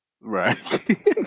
Right